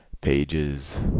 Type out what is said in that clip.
pages